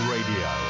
Radio